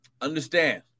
understand